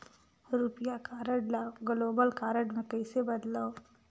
रुपिया कारड ल global card मे कइसे बदलव?